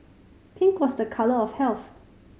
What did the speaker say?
pink was a colour of health